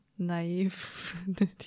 naive